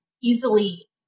easily